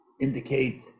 indicate